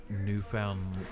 newfound